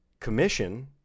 commission